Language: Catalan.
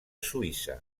suïssa